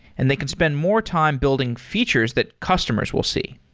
and they can spend more time building features that customers will see.